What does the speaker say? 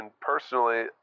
personally